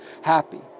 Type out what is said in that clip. happy